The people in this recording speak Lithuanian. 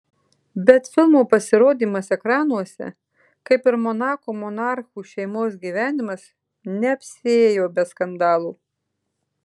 bet filmo pasirodymas ekranuose kaip ir monako monarchų šeimos gyvenimas neapsiėjo be skandalų